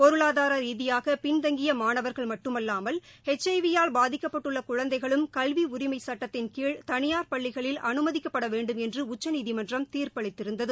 பொருளாதார ரீதியாக பின்தங்கிய மாணவர்கள் மட்டுமல்லாமல் ஹெச் ஐ வி யால் பாதிக்கப்பட்டுள்ள குழந்தைகளும் கல்வி உரிமைச் சட்டத்தின்கீழ் தனியார் பள்ளிகளில் அனுமதிக்கப்பட வேண்டும் என்று உச்சநீதிமன்றம் தீர்ப்பளித்திருந்தது